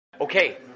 Okay